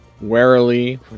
Warily